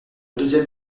deuxième